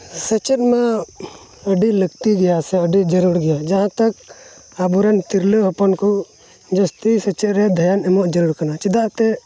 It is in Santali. ᱥᱮᱪᱮᱫ ᱢᱟ ᱟᱹᱰᱤ ᱞᱟᱹᱠᱛᱤ ᱜᱮᱭᱟ ᱥᱮ ᱟᱹᱰᱤ ᱡᱟᱹᱨᱩᱲ ᱜᱮᱭᱟ ᱡᱟᱦᱟᱸ ᱛᱚᱠ ᱟᱵᱚ ᱨᱮᱱ ᱛᱤᱨᱞᱟᱹ ᱦᱚᱯᱚᱱ ᱠᱚ ᱡᱟᱹᱥᱛᱤ ᱥᱮᱪᱮᱫ ᱨᱮ ᱫᱷᱮᱭᱟᱱ ᱮᱢᱚᱜ ᱡᱟᱹᱨᱩᱲ ᱠᱟᱱᱟ ᱪᱮᱫᱟᱜ ᱥᱮ